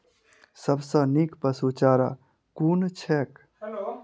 सबसँ नीक पशुचारा कुन छैक?